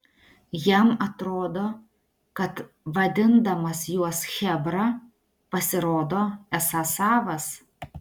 jam atrodo kad vadindamas juos chebra pasirodo esąs savas